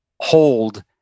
hold